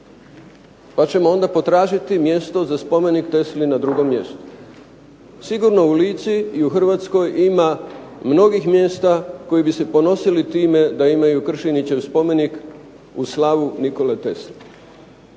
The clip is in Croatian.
pa ćemo onda potražiti mjesto za spomenik Tesli na drugom mjestu. Sigurno u Lici i u Hrvatskoj ima mnogih mjesta koji bi se ponosili time da imaju Kršenićev spomenik u slavu Nikole Tesle.